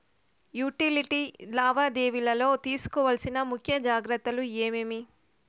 Utility లావాదేవీల లో తీసుకోవాల్సిన ముఖ్య జాగ్రత్తలు ఏమేమి?